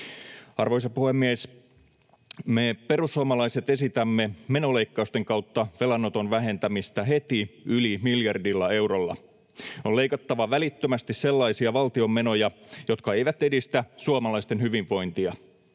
Arvoisa puhemies! Me perussuomalaiset esitämme menoleikkausten kautta velanoton vähentämistä heti yli miljardilla eurolla. On leikattava välittömästi sellaisia valtion menoja, jotka eivät edistä suomalaisten hyvinvointia.